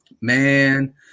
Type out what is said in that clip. man